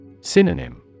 Synonym